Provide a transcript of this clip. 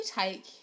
take